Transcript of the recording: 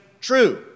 true